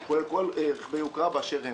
הוא כולל את כל רכבי היוקרה באשר הם.